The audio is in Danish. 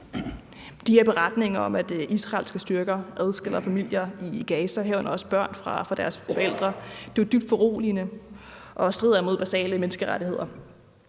De her beretninger om, at israelske styrker adskiller familier i Gaza, herunder også børn fra deres forældre, er jo dybt foruroligende og strider imod basale menneskerettigheder.